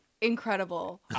incredible